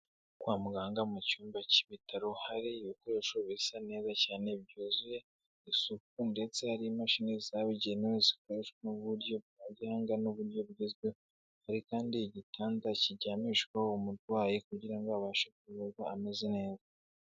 Kwa muganga mu cyumba cy'ibitaro hari ibikoresho bisa neza cyane byuzuye isuku ndetse hari imashini zabugenewe zikoreshwa mu buryo bya gihanga n'uburyo bugezweho. Hari kandi igitanda kiryamishwaho umurwayi kugira ngo abashe kuvurwa ameze neza.